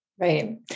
Right